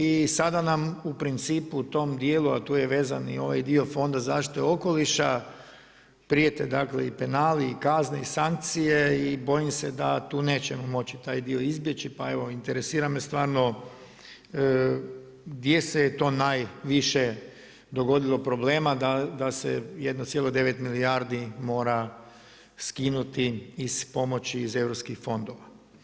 I sada nam u principu u tom dijelu, a tu je vezan i ovaj dio Fonda za zaštitu okoliša prijete dakle i penali i kazne i sankcije i bojim se da tu nećemo moći taj dio izbjeći, pa evo interesira me stvarno gdje se je to najviše dogodilo problema da se 1,9 milijardi mora skinuti iz pomoći iz europskih fondova.